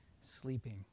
sleeping